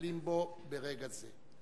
מטפלים בו ברגע זה.